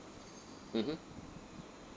mmhmm